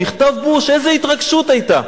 מכתב בוש, איזו התרגשות היתה.